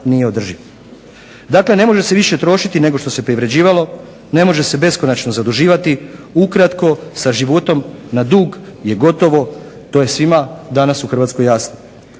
Dakle ne može se više trošiti nego što se privređivalo, ne može se beskonačno zaduživati, ukratko sa životom na dug je gotovo, to je svima danas u Hrvatskoj jasno.